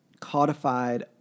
codified